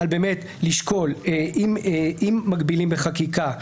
אם מגבילים בחקיקה,